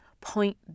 point